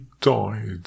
died